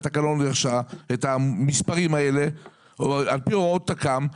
את המספרים האלה על פי הוראות תק"ם,